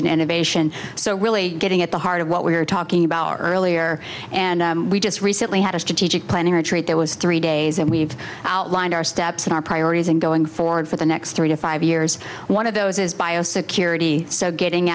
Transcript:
and innovation so really getting at the heart of what we're talking about earlier and we just recently had a strategic planning retreat that was three days and we've outlined our steps and our priorities in going forward for the next three to five years one of those is bio security so getting